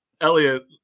Elliot